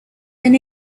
then